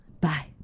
Bye